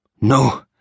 No